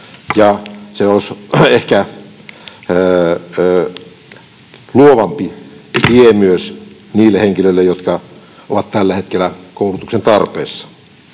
Se olisi ehkä luovempi tie myös niille henkilöille, jotka ovat tällä hetkellä koulutuksen tarpeessa.